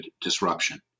disruption